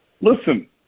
Listen